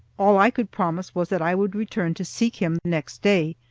all i could promise was that i would return to seek him next day.